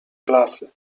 klasy